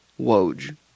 Woj